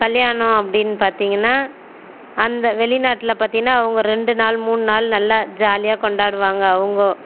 கல்யாணம் அப்படினு பார்த்திங்கன்னா அந்த வெளிநாட்டில் பார்த்திங்கன்னா ஒரு ரெண்டு நாள் மூணு நாள் நல்லா ஜாலியாக கொண்டாடுவாங்க அவங்க